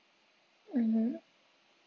mmhmm